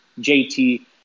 JT